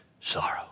sorrow